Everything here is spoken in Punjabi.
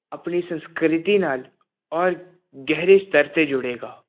ਆਪਣੀ ਸੰਸਕ੍ਰਿਤੀ ਨਾਲ ਔਰ ਗਹਿਰੇ ਸਤਰ 'ਤੇ ਜੁੜੇਗਾ